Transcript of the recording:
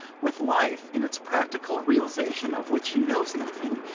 with life in its practical realisation, of which he knows nothing,